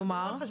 כלומר?